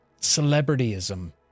celebrityism